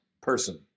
person